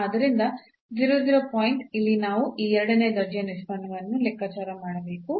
ಆದ್ದರಿಂದ ಪಾಯಿಂಟ್ ಇಲ್ಲಿ ನಾವು ಈ ಎರಡನೇ ದರ್ಜೆಯ ನಿಷ್ಪನ್ನವನ್ನು ಲೆಕ್ಕಾಚಾರ ಮಾಡಬೇಕು